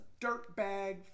dirtbag